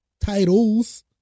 Titles